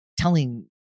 telling